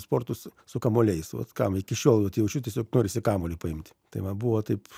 sportus su kamuoliais vat ką iki šiol vat jaučiu tiesiog norisi kamuolį paimti tai man buvo taip